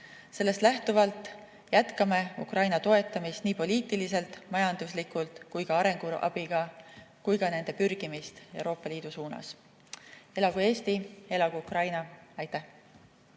Sellest lähtuvalt jätkame Ukraina toetamist nii poliitiliselt, majanduslikult kui ka arenguabiga, samuti nende pürgimist Euroopa Liidu suunas. Elagu Eesti! Elagu Ukraina! Aitäh!